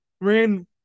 ran